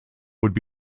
would